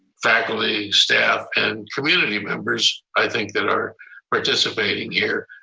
faculty, staff, and community members, i think that are participating here,